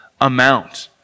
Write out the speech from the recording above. amount